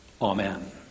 Amen